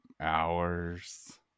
hours